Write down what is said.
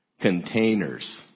containers